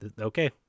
okay